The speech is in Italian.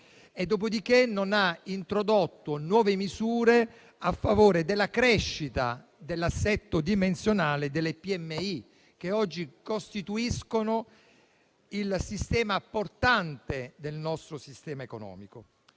Dopodiché, non ha introdotto nuove misure a favore della crescita dell'assetto dimensionale delle piccole e medie imprese, che oggi costituiscono il nucleo portante del nostro sistema economico.